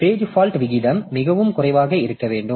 எனவே page fault விகிதம் மிகவும் குறைவாக இருக்க வேண்டும்